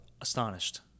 astonished